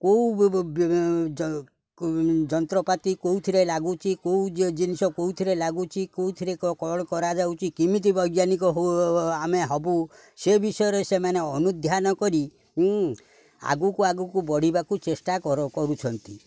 କେଉଁ ଯନ୍ତ୍ରପାତି କେଉଁଥିରେ ଲାଗୁଛି କେଉଁ ଜିନିଷ କେଉଁଥିରେ ଲାଗୁଛି କେଉଁଥିରେ କ'ଣ କରାଯାଉଛି କେମିତି ବୈଜ୍ଞାନିକ ଆମେ ହବୁ ସେ ବିଷୟରେ ସେମାନେ ଅନୁଧ୍ୟାନ କରି ଆଗକୁ ଆଗକୁ ବଢ଼ିବାକୁ ଚେଷ୍ଟା କର କରୁଛନ୍ତି